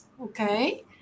okay